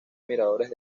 miradores